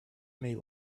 may